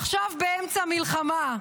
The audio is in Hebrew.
עכשיו באמצע מלחמה.